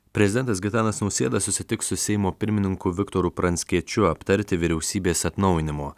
prezidentas gitanas nausėda susitiks su seimo pirmininku viktoru pranckiečiu aptarti vyriausybės atnaujinimo